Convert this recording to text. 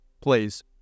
please